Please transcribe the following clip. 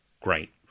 Great